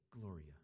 Gloria